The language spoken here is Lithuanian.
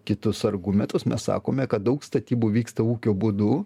kitus argumentus mes sakome kad daug statybų vyksta ūkio būdu